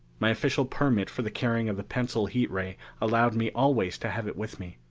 my official permit for the carrying of the pencil heat ray allowed me always to have it with me.